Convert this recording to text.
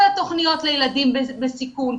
כל התוכניות לילדים בסיכון,